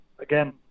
again